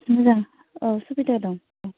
मोजां औ सुबिदा दं